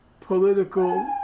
political